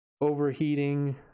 overheating